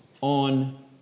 on